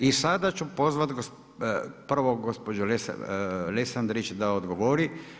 I sada ću pozvati prvo gospođu Lesandrić da odgovori.